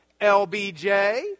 LBJ